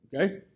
Okay